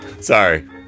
Sorry